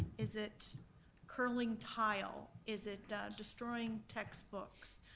is it curling tile, is it destroying textbooks?